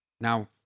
Now